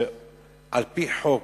שמותרת לה על-פי חוק,